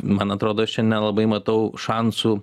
man atrodo aš čia nelabai matau šansų